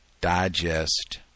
digest